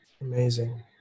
Amazing